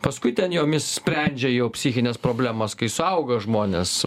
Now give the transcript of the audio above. paskui ten jomis sprendžia jau psichines problemas kai suauga žmonės